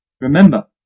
Remember